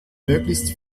möglichst